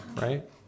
right